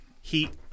heat